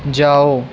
جاؤ